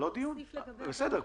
להוסיף משהו -- בסדר,